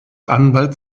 anwalt